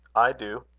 i do.